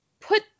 put